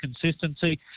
consistency